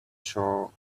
saw